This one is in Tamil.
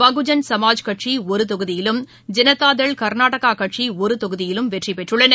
பகுஜன் சமாஜ் கட்சி ஒரு தொகுதியிலும் ஜனதாதள் கர்நாடகா கட்சி ஒரு தொகுதியிலும் வெற்றி பெற்றள்ளன